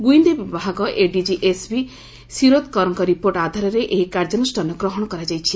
ଗୁଇନ୍ଦା ବିଭାଗ ଏଡିକି ଏସ୍ଭି ଶିରୋଦ୍କରଙ୍କ ରିପୋର୍ଟ ଆଧାରରେ ଏହି କାର୍ଯ୍ୟାନୁଷାନ ଗ୍ରହଣ କରାଯାଇଛି